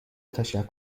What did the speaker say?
تشکر